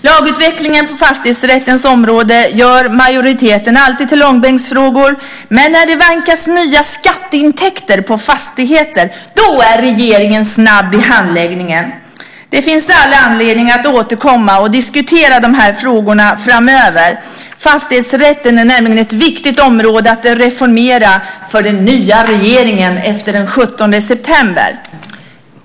Lagutvecklingen på fastighetsrättens område gör majoriteten alltid till långbänksfrågor. När det vankas nya skatteintäkter på fastigheter är dock regeringen snabb i handläggningen. Det finns all anledning att återkomma och diskutera de här frågorna framöver. Fastighetsrätten är nämligen ett viktigt område att reformera för den nya regeringen efter den 17 september!